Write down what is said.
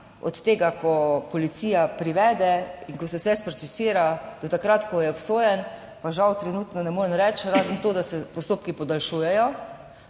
od tega, ko policija privede in ko se vse sprocesira, do takrat, ko je obsojen, pa žal trenutno ne morem reči, razen to, da se postopki podaljšujejo.